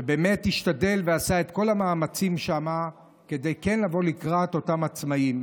שבאמת השתדל ועשה את כל המאמצים שם כדי כן לבוא לקראת העצמאים,